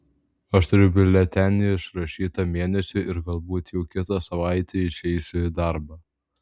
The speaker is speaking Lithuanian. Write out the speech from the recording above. aš turiu biuletenį išrašytą mėnesiui ir galbūt jau kitą savaitę išeisiu į darbą